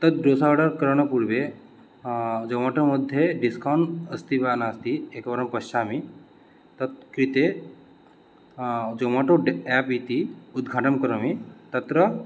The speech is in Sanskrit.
तद्डोसा आर्डर् करणपूर्वे जोमाटो मध्ये डिस्कौण् अस्ति वा नास्ति एकवारं पश्यामि तत् कृते जोमाटो एप् इति उद्घाटनं करोमि तत्र